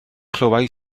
clywai